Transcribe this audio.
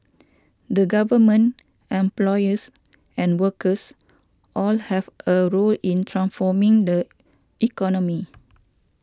the government employers and workers all have a role in transforming the economy